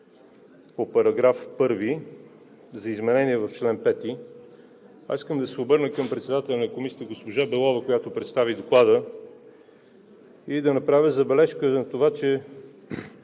по § 1 за изменение в чл. 5, аз искам да се обърна към председателя на Комисията госпожа Белова, която представи Доклада, и да направя забележка на това, че